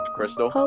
Crystal